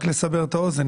רק לסבר את האוזן,